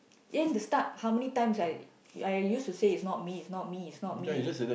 in the start how many times I I used to say it's not me it's not me it's not me